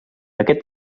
aquest